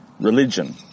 religion